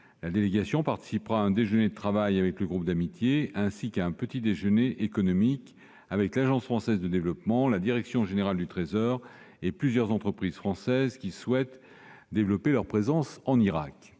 La délégation participera à un déjeuner de travail avec le groupe d'amitié, ainsi qu'à un petit-déjeuner économique avec l'Agence française de développement, la direction générale du Trésor et plusieurs entreprises françaises qui souhaitent développer leur présence en Irak.